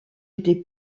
été